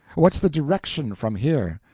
what's the direction from here?